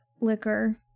liquor